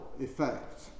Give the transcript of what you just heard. effect